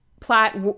Platt